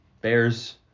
bears